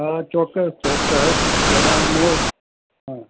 હા ચોક્કસ ચોક્કસ તમે હા